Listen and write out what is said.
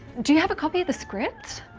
do you have a copy of the script?